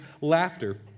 laughter